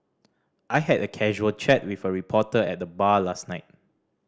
I had a casual chat with a reporter at the bar last night